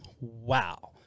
wow